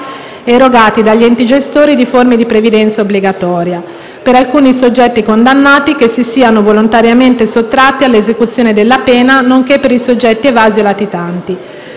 erogati dagli enti gestori di forme di previdenza obbligatoria, per alcuni soggetti condannati che si siano volontariamente sottratti all'esecuzione della pena nonché per i soggetti evasi o latitanti.